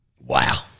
Wow